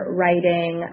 writing